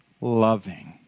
loving